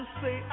say